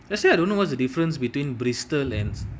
actually I don't know what's the difference between bristol and